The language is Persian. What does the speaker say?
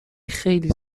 خیلی